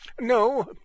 No